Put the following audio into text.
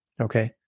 Okay